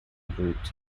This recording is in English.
grouped